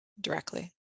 directly